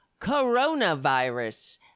coronavirus